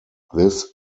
this